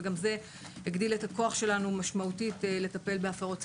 וגם זה הגדיל משמעותית את הכוח שלנו לטפל בזה.